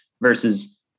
versus